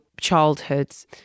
childhoods